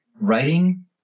Writing